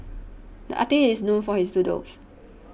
the artist is known for his doodles